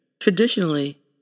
Traditionally